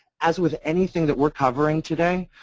as with anything that we're covering today,